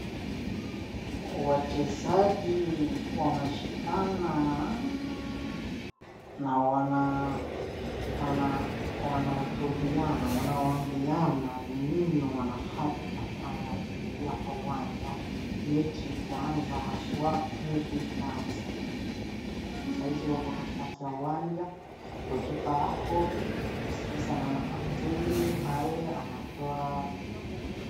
Wachezaji wameshikana na wanahutubiana , wanaambiana ni nini wanafaa kufanya ukiingia kwa uwanja. haswa mechi ikianza, sahizi wako katikati ya uwanja, goli kipa ako, anaskiza, naona kapteni pale anatoa.